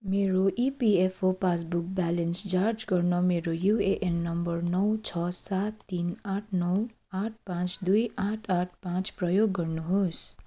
मेरो EPFO passbook balance जाँच गर्न मेरो युएएन नम्बर नौ छ सात तिन आठ नौ आठ पाँच दुई आठ आठ पाँच प्रयोग गर्नुहोस्